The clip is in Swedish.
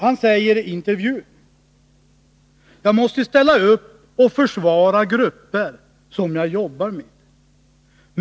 Han säger i intervjun: ”Jag måste ställa upp och försvara grupper som jag jobbar med.